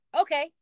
Okay